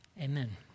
amen